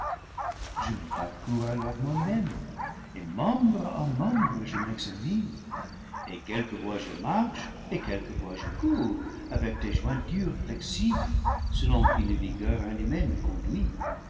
je me parcours alors moi-même et membre à membre je m'examine et quelquefois je marche et quelquefois je cours avec des jointures flexibles selon qu'une vigueur animée me conduit